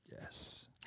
Yes